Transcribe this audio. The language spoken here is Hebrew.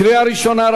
קריאה ראשונה.